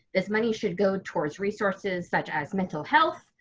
this money should go towards resources such as mental health,